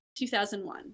2001